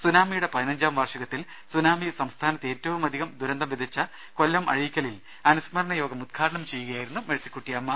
സുനാമിയുടെ പതിനഞ്ചാം വാർഷികത്തിൽ സുനാമി സംസ്ഥാനത്ത് ഏറ്റവുമധികം ദുരന്തം വിതച്ച കൊല്ലം അഴീക്കലിൽ അനു സ്മരണ യോഗം ഉദ്ഘാടനം ചെയ്യുകയായിരുന്നു മേഴ്സിക്കുട്ടിയമ്മ